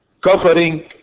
covering